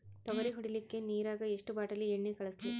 ತೊಗರಿಗ ಹೊಡಿಲಿಕ್ಕಿ ನಿರಾಗ ಎಷ್ಟ ಬಾಟಲಿ ಎಣ್ಣಿ ಕಳಸಲಿ?